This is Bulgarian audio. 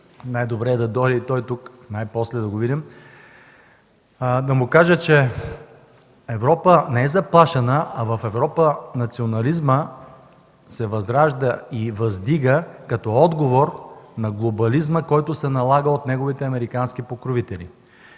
най-добре е да дойде тук и най-после да го видим – че Европа не е заплашена, а в Европа национализмът се възражда и въздига като отговор на глобализма, който се налага от неговите американски покровители.